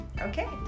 Okay